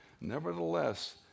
Nevertheless